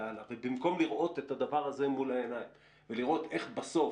ובמקום לראות את הדבר הזה מול העיניים ולראות איך בסוף,